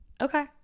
Okay